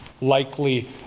likely